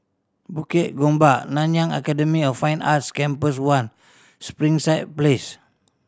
Bukit Gombak Nanyang Academy of Fine Arts Campus One Springside Place